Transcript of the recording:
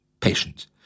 patience